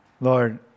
Lord